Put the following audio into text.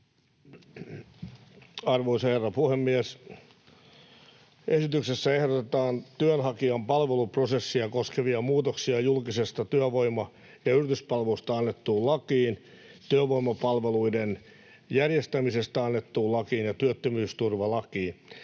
Arvoisa herra puhemies! Esityksessä ehdotetaan työnhakijan palveluprosessia koskevia muutoksia julkisesta työvoima- ja yrityspalvelusta annettuun lakiin, työvoimapalveluiden järjestämisestä annettuun lakiin ja työttömyysturvalakiin.